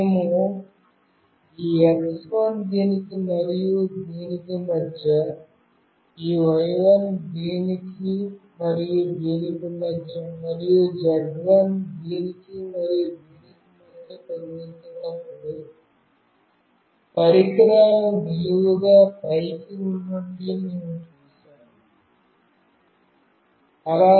మేము ఈ x1 దీనికి మరియు దీనికి మధ్య ఈ y1 దీనికి మరియు దీనికి మధ్య మరియు z1 దీనికి మరియు దీనికి మధ్య పొందుతున్నప్పుడు పరికరాలు నిలువుగా పైకి ఉన్నట్లు మేము చూశాము